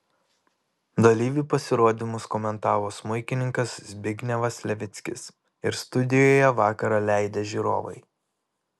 dalyvių pasirodymus komentavo smuikininkas zbignevas levickis ir studijoje vakarą leidę žiūrovai